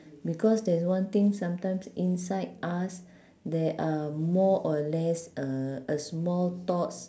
because there's one thing sometimes inside us there are more or less uh a small thoughts